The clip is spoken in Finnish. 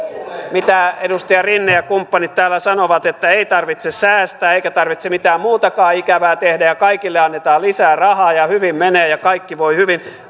mitä edustaja rinne ja kumppanit täällä sanovat että ei tarvitse säästää eikä tarvitse mitään muutakaan ikävää tehdä ja kaikille annetaan lisää rahaa ja hyvin menee ja kaikki voivat hyvin